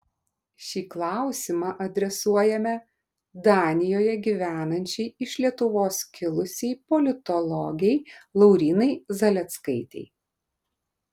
šį klausimą adresuojame danijoje gyvenančiai iš lietuvos kilusiai politologei laurynai zaleckaitei